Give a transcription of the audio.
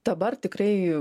dabar tikrai